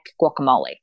guacamole